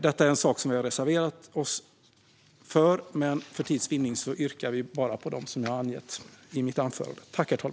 Vi har reserverat oss mot detta, men för tids vinnande yrkar jag bifall endast till reservation 6 under punkt 7.